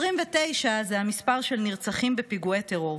29 הוא המספר של נרצחים בפיגועי טרור,